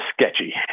sketchy